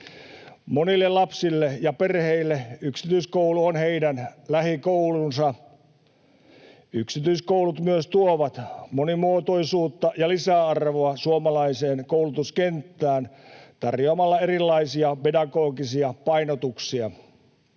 Monille lapsille ja perheille yksityiskoulu on heidän lähikoulunsa. Yksityiskoulut myös tuovat monimuotoisuutta ja lisäarvoa suomalaiseen koulutuskenttään tarjoamalla erilaisia pedagogisia painotuksia.